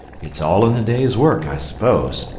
it's all in the day's work, i suppose.